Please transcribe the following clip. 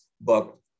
book